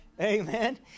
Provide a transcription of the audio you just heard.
Amen